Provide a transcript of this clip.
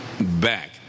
back